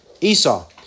Esau